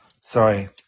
sorry